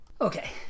okay